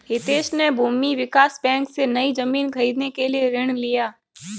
हितेश ने भूमि विकास बैंक से, नई जमीन खरीदने के लिए ऋण लिया